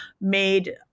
made